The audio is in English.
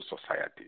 society